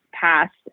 passed